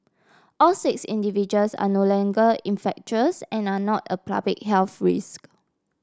all six individuals are no longer infectious and are not a public health risk